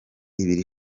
ibiri